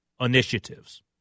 initiatives